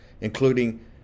including